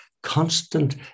constant